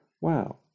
wow